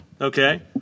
Okay